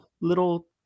little